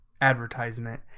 advertisement